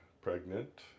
pregnant